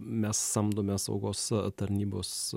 mes samdome saugos tarnybos